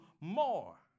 more